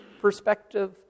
perspective